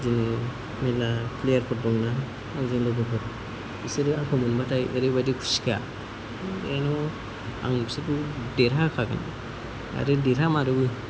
जोंनि मेरला प्लेयारफोर दंना आंजों लोगोफोर बिसोरो आंखौ मोनबाथाय ओरैबायदि खुसिखा आं बिसोरखौ देरहाहोखागोन आरो देरहामारोबो